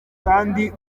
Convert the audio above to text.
kandi